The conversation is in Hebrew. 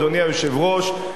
אדוני היושב-ראש,